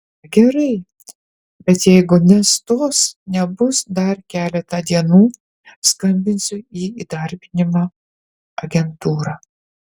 na gerai bet jeigu nestos nebus dar keletą dienų skambinsiu į įdarbinimo agentūrą